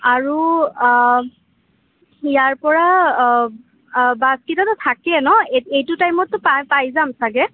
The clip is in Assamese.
আৰু ইয়াৰপৰা বাছকেইটাটো থাকে ন এই এইটো টাইমততো পাই পাই যাম ছাগৈ